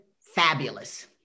Fabulous